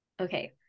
okay